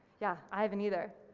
yeah, i haven't either,